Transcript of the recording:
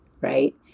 right